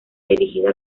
dirigida